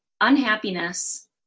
unhappiness